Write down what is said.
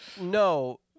No